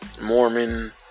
Mormon